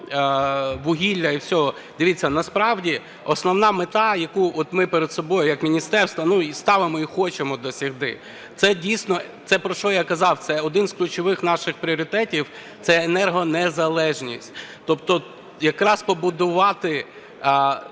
вугілля і всього. Дивіться, насправді основна мета, яку от ми перед собою як міністерство і ставимо, і хочемо досягти – це, дійсно, це про що я казав, це один з ключових наших пріоритетів – це енергонезалежність. Тобто якраз побудувати